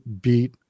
beat